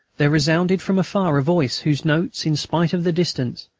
there resounded from afar a voice whose notes, in spite of the distance,